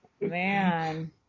man